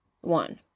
one